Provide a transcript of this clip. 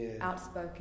outspoken